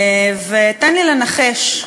תן לי לנחש,